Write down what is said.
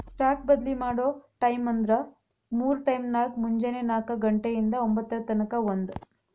stock ಬದ್ಲಿ ಮಾಡೊ ಟೈಮ್ವ್ಂದ್ರ ಮೂರ್ ಟೈಮ್ನ್ಯಾಗ, ಮುಂಜೆನೆ ನಾಕ ಘಂಟೆ ಇಂದಾ ಒಂಭತ್ತರ ತನಕಾ ಒಂದ್